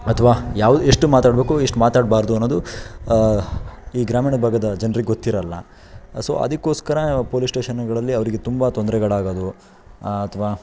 ಅಥವಾ ಯಾವ್ದು ಎಷ್ಟು ಮಾತಾಡಬೇಕು ಎಷ್ಟು ಮಾತಾಡಬಾರ್ದು ಅನ್ನೋದು ಈ ಗ್ರಾಮೀಣದ ಭಾಗದ ಜನ್ರಿಗೆ ಗೊತ್ತಿರೋಲ್ಲ ಸೊ ಅದಕ್ಕೋಸ್ಕರ ಪೊಲೀಸ್ ಸ್ಟೇಷನ್ನ್ಗಳಲ್ಲಿ ಅವರಿಗೆ ತುಂಬ ತೊಂದರೆಗಳಾಗೋದು ಅಥವಾ